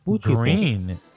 Green